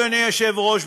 אדוני היושב-ראש,